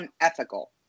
unethical